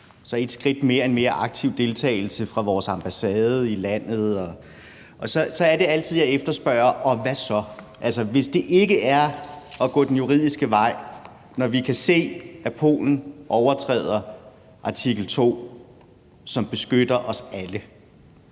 så et skridt mere, en mere aktiv deltagelse fra vores ambassade i landet. Så er det, jeg spørger: Og hvad så? Altså, hvis det ikke er at gå den juridiske vej, når vi kan se, at Polen overtræder artikel 2, som beskytter os alle,